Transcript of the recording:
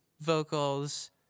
vocals